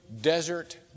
desert